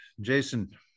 Jason